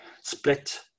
split